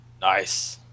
nice